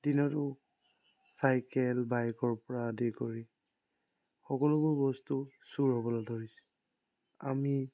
দিনতো চাইকেল বাইকৰ পৰা আদি কৰি সকলোবোৰ বস্তু চুৰ হ'বলৈ ধৰিছে আমি